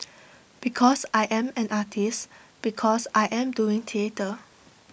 because I am an artist because I am doing theatre